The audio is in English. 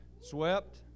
Swept